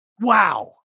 Wow